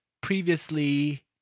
previously